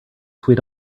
sweet